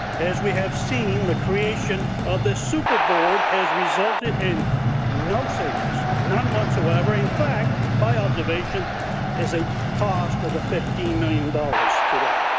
as we have seen, the creation of this super board has resulted in no savings, none whatsoever. in fact, my observation is a cost of fifteen million dollars to them.